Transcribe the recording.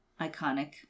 iconic